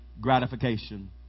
gratification